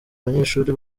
abanyeshuri